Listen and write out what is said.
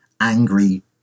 angry